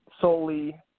solely